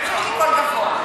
יש לי קול גבוה.